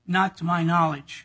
not to my knowledge